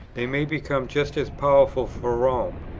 they may become just as powerful for rome,